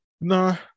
no